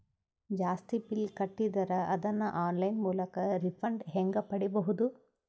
ಜಾಸ್ತಿ ಬಿಲ್ ಕಟ್ಟಿದರ ಅದನ್ನ ಆನ್ಲೈನ್ ಮೂಲಕ ರಿಫಂಡ ಹೆಂಗ್ ಪಡಿಬಹುದು?